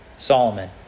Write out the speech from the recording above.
Solomon